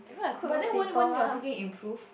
but then won't won't your cooking improve